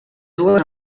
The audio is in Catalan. dues